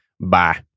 Bye